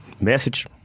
Message